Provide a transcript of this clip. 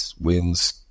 wins